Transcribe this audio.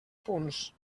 punts